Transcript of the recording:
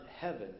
heaven